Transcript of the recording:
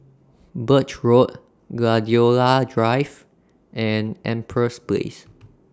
Birch Road Gladiola Drive and Empress Place